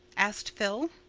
asked phil.